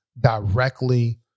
directly